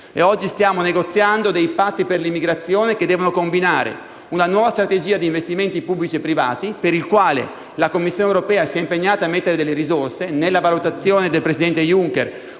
oggi stiamo negoziando dei patti sulla migrazione che devono combinare una nuova strategia di investimenti pubblici e privati, per i quali la Commissione europea si è impegnata a stanziare risorse. Nella valutazione del presidente Juncker